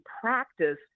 practice